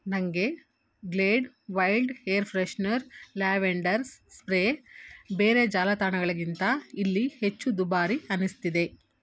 ನನಗೆ Glade wild air freshener lavenders spray ಬೇರೆ ಜಾಲತಾಣಗಳಿಗಿಂತ ಇಲ್ಲಿ ಹೆಚ್ಚು ದುಬಾರಿ ಅನ್ನಿಸ್ತಿದೆ